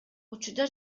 учурда